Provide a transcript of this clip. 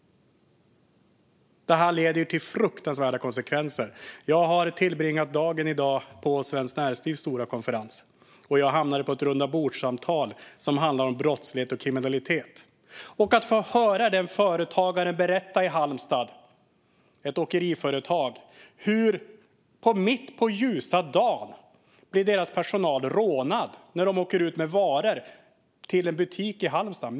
Det här får ju fruktansvärda konsekvenser. Jag har tillbringat dagen på Svenskt Näringslivs stora konferens. Jag hamnade vid ett rundabordssamtal som handlade om brottslighet och kriminalitet. Jag fick höra en företagare - det rörde sig om ett åkeriföretag - berätta hur personalen mitt på ljusa dagen blivit rånad när de åkt ut med varor till en butik i Halmstad.